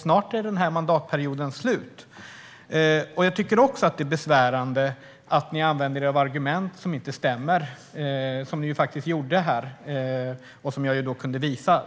Snart är den här mandatperioden slut. Jag tycker också att det är besvärande att ni använder argument som inte stämmer, vilket ni faktiskt gjorde, något jag också kunde visa.